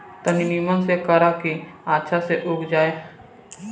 तनी निमन से करा की अच्छा से उग जाए